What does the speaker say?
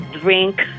drink